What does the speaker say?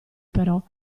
però